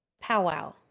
Powwow